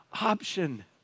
option